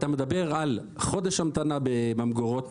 אתה מדבר על חודש המתנה בממגורות